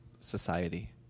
society